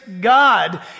God